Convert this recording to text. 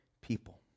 people